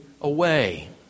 away